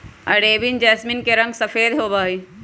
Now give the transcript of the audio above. Arabian jasmine के रंग सफेद होबा हई